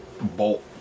bolt